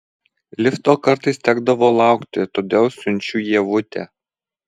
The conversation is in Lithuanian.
lifto kartais tekdavo laukti todėl siunčiu ievutę